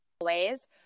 ways